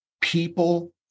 people